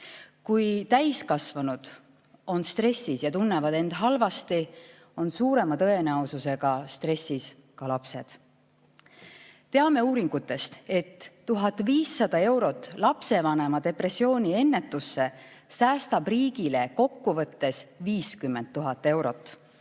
Kui täiskasvanud on stressis ja tunnevad end halvasti, on suurema tõenäosusega stressis ka lapsed. Teame uuringutest, et 1500 eurot lapsevanema depressiooni ennetusse säästab riigile kokkuvõttes 50 000 eurot.